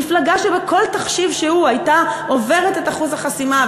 מפלגה שבכל תחשיב שהוא הייתה עוברת את אחוז החסימה,